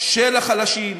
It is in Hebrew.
של החלשים,